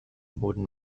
wurden